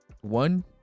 one